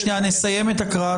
ועדת חוקה,